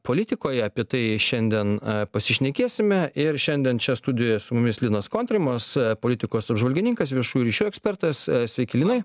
politikoje apie tai šiandien pasišnekėsime ir šiandien čia studijoje su mumis linas kontrimas politikos apžvalgininkas viešųjų ryšių ekspertas sveiki linai